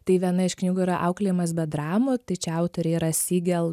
tai viena iš knygų yra auklėjimas be dramų tai čia autoriai yra sygel